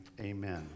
amen